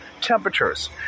temperatures